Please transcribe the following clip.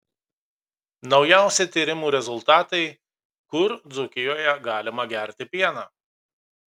naujausi tyrimų rezultatai kur dzūkijoje galima gerti pieną